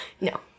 No